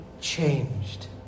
changed